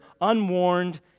unwarned